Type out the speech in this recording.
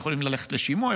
הם יכולים ללכת לשימוע,